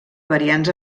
variants